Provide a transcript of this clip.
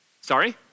Sorry